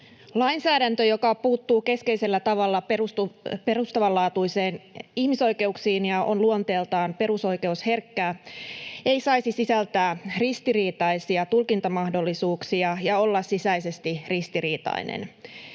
Lainsäädäntö, joka puuttuu keskeisellä tavalla perustavanlaatuisiin ihmisoikeuksiin ja on luonteeltaan perusoikeusherkkää, ei saisi sisältää ristiriitaisia tulkintamahdollisuuksia ja olla sisäisesti ristiriitainen.